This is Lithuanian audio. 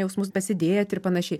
jausmus pasidėt ir panašiai